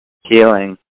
healing